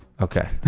Okay